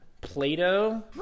Play-Doh